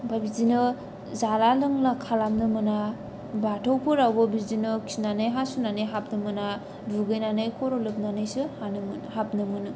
ओमफाय बिदिनो जाला लोंला खालामनो मोना बाथौफोरावबो बिदिनो खिना हासुना हाबनो मोना दुगैनानै खर' लोबनानैसो हाबनो मोनो